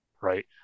right